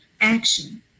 action